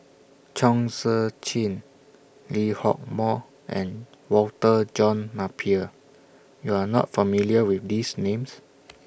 Chong Tze Chien Lee Hock Moh and Walter John Napier YOU Are not familiar with These Names